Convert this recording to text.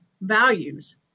values